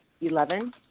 Eleven